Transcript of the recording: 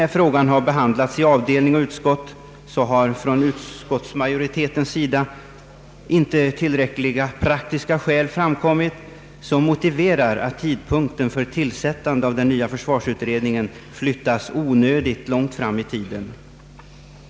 När frågan har behandlats i avdelning och utskott har från utskottsmajoritetens sida inte tillräckliga praktiska skäl framkommit som motiverar att tidpunkten för tillsättandet av den nya försvarsutredningen = flyttas onödigt långt fram i tiden.